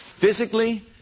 physically